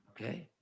Okay